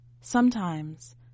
Sometimes